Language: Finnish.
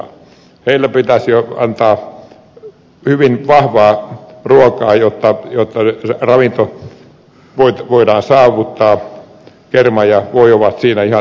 heille pitäisi antaa jo hyvin vahvaa ruokaa jotta hyvä ravitsemus voidaan saavuttaa kerma ja voi ovat siinä ihan tarpeellisia